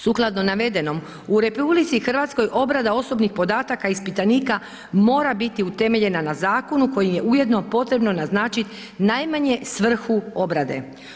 Sukladno navedenom u RH obrada osobnih podataka ispitanika mora biti utemeljena na zakonu koji je ujedno potrebno naznačit najmanje svrhu obrade.